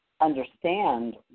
understand